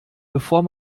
bevor